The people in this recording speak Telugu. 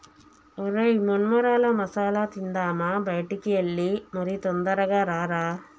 ఒరై మొన్మరాల మసాల తిందామా బయటికి ఎల్లి మరి తొందరగా రారా